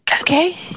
Okay